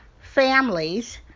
families